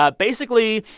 ah basically,